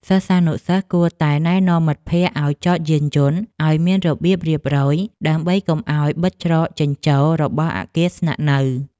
សិស្សានុសិស្សគួរតែណែនាំមិត្តភក្តិឱ្យចតយានយន្តឱ្យមានរបៀបរៀបរយដើម្បីកុំឱ្យបិទច្រកចេញចូលរបស់អគារស្នាក់នៅ។